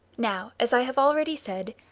now, as i have already said,